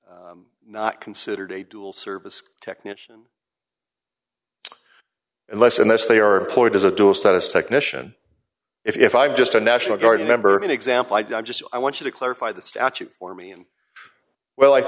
not considered a dual service technician unless unless they are poor it is a dual status technician if i'm just a national guard member of an example i just i want you to clarify the statute for me and well